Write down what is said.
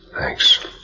Thanks